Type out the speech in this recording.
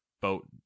boat